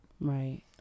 Right